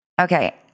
okay